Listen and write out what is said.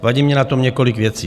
Vadí mně na tom několik věcí.